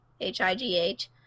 H-I-G-H